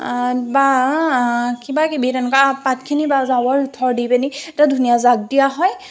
বা কিবা কিবি তেনেকুৱা পাতখিনি জাবৰ জোথৰ দি পিনি এটা ধুনীয়া যাঁক দিয়া হয়